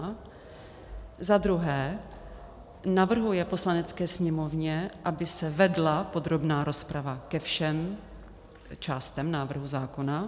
II. navrhuje Poslanecké sněmovně, aby se vedla podrobná rozprava ke všem částem návrhu zákona;